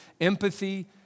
empathy